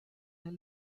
nel